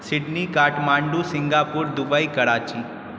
Sydney Kathmandu Singapore Dubai Karachi